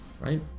right